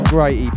Great